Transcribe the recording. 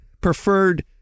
preferred